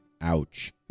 Ouch